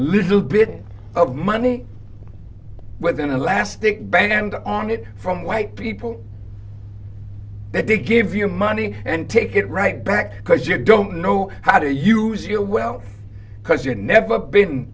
little bit of money with an elastic band on it from white people that they give you money and take it right back because you don't know how to use your wealth because you've never been